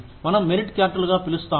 మనం మెరిట్ చార్టులుగా పిలుస్తాము